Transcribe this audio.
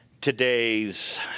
today's